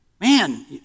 man